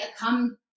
come